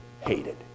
hated